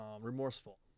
remorseful